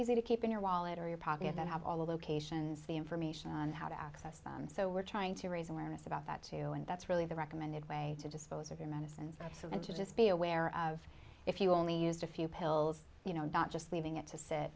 easy to keep in your wallet or your pocket that have all of the cations the information on how to access them so we're trying to raise awareness about that too and that's really the recommended way to dispose of your medicines that's and to just be aware of if you only used a few pills you know not just leaving it to s